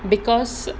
because